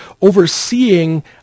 overseeing